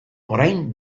orain